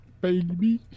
baby